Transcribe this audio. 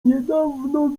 niedawno